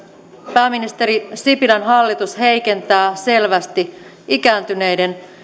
pääministeri sipilän hallitus heikentää selvästi ikääntyneiden